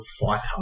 fighter